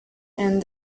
and